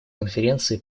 конференции